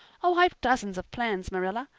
oh, i've dozens of plans, marilla.